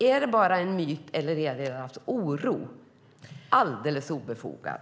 Är det bara en myt? Är deras oro alldeles obefogad?